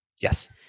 Yes